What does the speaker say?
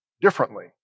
differently